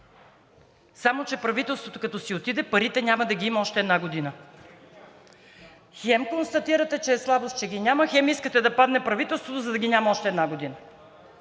Само че правителството като си отиде, парите няма да ги има още една година. Хем констатирате, че е слабост, че ги няма, хем искате да падне правителството, за да ги няма още една година.